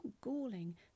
galling